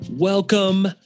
Welcome